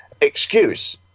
excuse